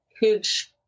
huge